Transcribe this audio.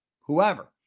whoever